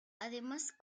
además